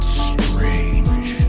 strange